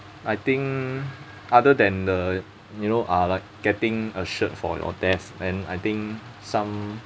I think other than the you know uh like getting assured for your death then I think some